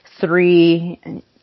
three